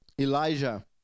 Elijah